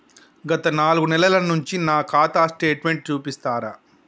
గత నాలుగు నెలల నుంచి నా ఖాతా స్టేట్మెంట్ చూపిస్తరా?